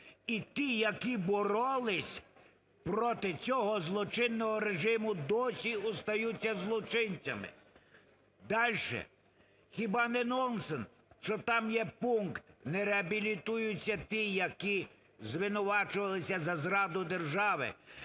і ті, які боролись проти цього злочинного режиму, досі остаються злочинцями? Дальше. Хіба не нонсенс, що там є пункт, не реабілітуються ті, які звинувачувались за зраду держави.